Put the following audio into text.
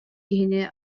киһини